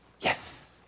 Yes